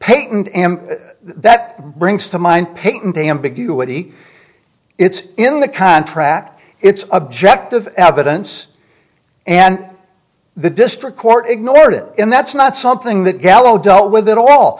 peyton that brings to mind paint ambiguity it's in the contract it's objective evidence and the district court ignored it and that's not something that gallo dealt with at all